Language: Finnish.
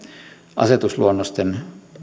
asetusluonnosten